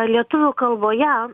lietuvių kalboje